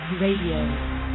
Radio